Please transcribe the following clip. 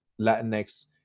Latinx